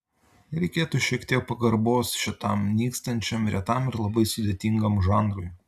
reikėtų šiek tiek pagarbos šitam nykstančiam retam ir labai sudėtingam žanrui